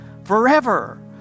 Forever